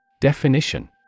Definition